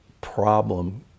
problem